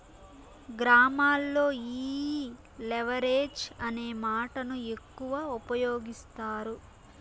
గ్రామాల్లో ఈ లెవరేజ్ అనే మాటను ఎక్కువ ఉపయోగిస్తారు